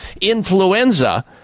influenza